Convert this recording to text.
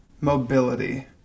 mobility